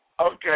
Okay